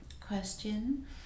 question